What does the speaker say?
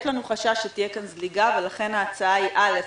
יש לנו חשש שתהיה כאן זליגה ולכן ההצעה היא: א',